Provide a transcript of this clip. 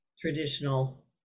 traditional